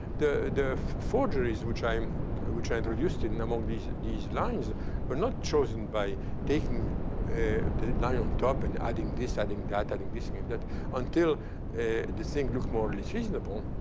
the the forgeries which i um which i introduced in among these these lines were but not chosen by taking the line on top and adding this, adding that, adding this, adding that until the thing looked more or less reasonable.